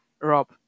Rob